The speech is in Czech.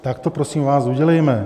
Tak to prosím vás udělejme.